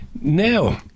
Now